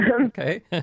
Okay